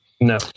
No